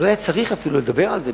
לא היה צריך אפילו לדבר על זה,